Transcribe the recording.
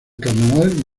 carnaval